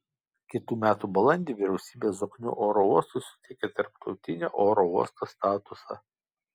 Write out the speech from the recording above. kitų metų balandį vyriausybė zoknių oro uostui suteikė tarptautinio oro uosto statusą